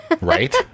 Right